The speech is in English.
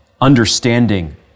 understanding